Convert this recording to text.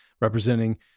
representing